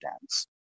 dance